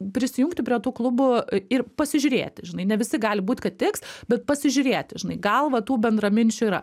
prisijungti prie tų klubų ir pasižiūrėti žinai ne visi gali būt kad tiks bet pasižiūrėti žinai gal va tų bendraminčių yra